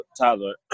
Tyler